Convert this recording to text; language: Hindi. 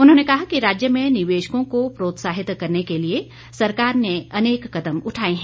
उन्होंने कहा कि राज्य में निवेशकों को प्रोत्साहित करने के लिए सरकार ने अनेक कदम उठाए हैं